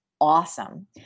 Awesome